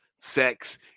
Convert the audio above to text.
sex